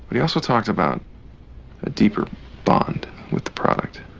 but he also talks about a deeper bond with the product